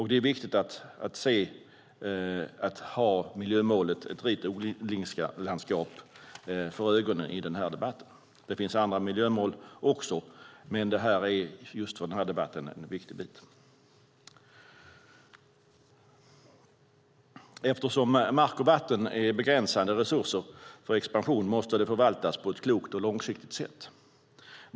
Det är viktigt att ha miljömålet Ett rikt odlingslandskap för ögonen i debatten. Det finns också andra miljömål, men detta är just i den här debatten viktigt. Eftersom mark och vatten är begränsande resurser för expansion måste de förvaltas på ett klokt och långsiktigt sätt.